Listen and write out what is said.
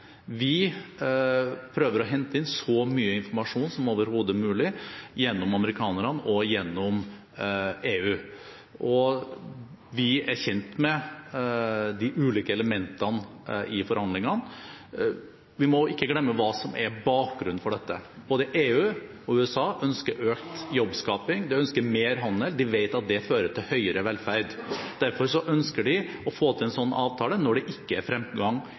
Vi prøver å hente inn så mye informasjon som overhodet mulig gjennom amerikanerne og gjennom EU, og vi er kjent med de ulike elementene i forhandlingene. Vi må ikke glemme hva som er bakgrunnen for dette. Både EU og USA ønsker økt jobbskaping, de ønsker mer handel – de vet at det fører til høyere velferd. Derfor ønsker de å få til en slik avtale, når det ikke er fremgang